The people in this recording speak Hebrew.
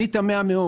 אני תמה מאוד.